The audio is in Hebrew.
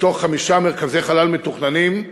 מתוך חמישה מרכזי חלל מתוכננים,